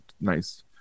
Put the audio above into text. nice